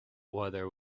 whether